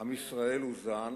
עם ישראל הוזן